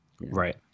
Right